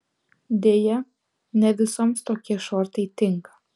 deja ne visoms tokie šortai tinka